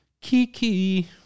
Kiki